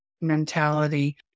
mentality